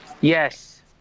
Yes